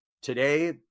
today